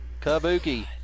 Kabuki